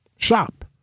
shop